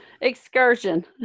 excursion